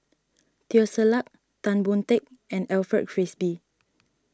Teo Ser Luck Tan Boon Teik and Alfred Frisby